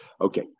Okay